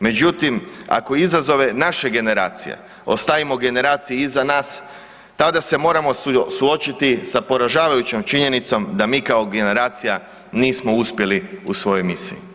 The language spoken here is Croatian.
Međutim, ako izazove naše generacije ostavimo generaciji iza nas tada se moramo suočiti sa poražavajućom činjenicom da mi kao generacija nismo uspjeli u svojoj misiji.